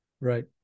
right